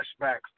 flashbacks